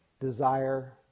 desire